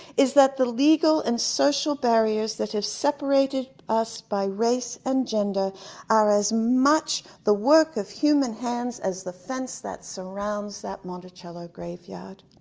is that the legal and social barriers that has seperated us by race and gender are as much the work of human hands as the fence that surrounds that monticello graveyard,